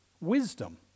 wisdom